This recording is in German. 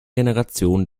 generation